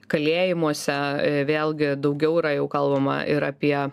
kalėjimuose vėlgi daugiau yra jau kalbama ir apie